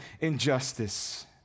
injustice